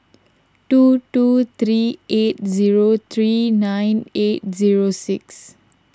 two two three eight zero three nine eight zero six